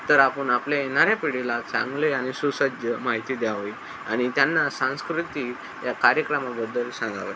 तर आपण आपल्या येणाऱ्या पिढीला चांगले आनि सुसज्ज माहिती द्यावी आणि त्यांना सांस्कृतिक या कार्यक्रमाबद्दल सांगावं